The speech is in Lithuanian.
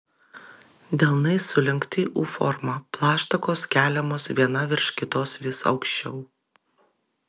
delnai sulenkti u forma plaštakos keliamos viena virš kitos vis aukščiau